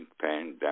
pandemic